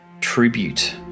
tribute